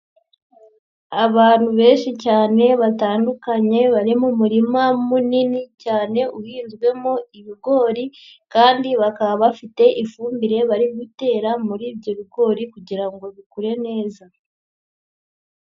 Abantu benshi cyane batandukanye, bari mu murima munini cyane uhinzwemo ibigori, kandi bakaba bafite ifumbire bari gutera muri ibyo bigori kugira ngo bikure neza.